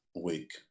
week